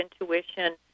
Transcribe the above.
intuition